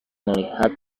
melihat